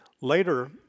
Later